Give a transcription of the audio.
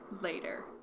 later